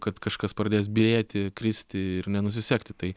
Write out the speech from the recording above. kad kažkas pradės byrėti kristi ir nenusisekti tai